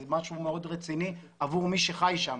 זה משהו מאוד רציני עבור מי שחי שם.